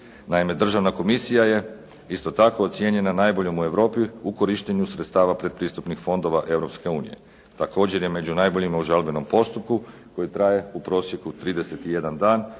Naime, Državna komisija je isto tako ocijenjena najboljom u Europi u korištenju sredstava predpristupnih fondova Europske unije. Također je među najboljima u žalbenom postupku koji traje u prosjeku 31 dan